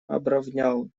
обровнял